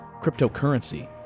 cryptocurrency